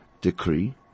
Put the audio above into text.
decree